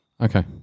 Okay